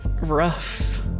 rough